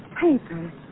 paper